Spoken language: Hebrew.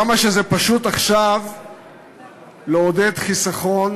כמה שזה פשוט עכשיו לעודד חיסכון